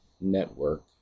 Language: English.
network